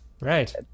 right